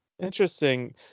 Interesting